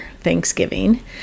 Thanksgiving